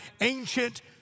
ancient